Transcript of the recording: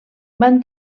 van